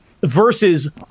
versus